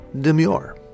Demure